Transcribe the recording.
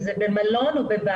אם זה במלון או בבית.